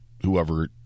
whoever